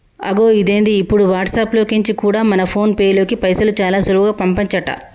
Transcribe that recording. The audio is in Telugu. అగొ ఇదేంది ఇప్పుడు వాట్సాప్ లో కెంచి కూడా మన ఫోన్ పేలోకి పైసలు చాలా సులువుగా పంపచంట